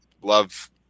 love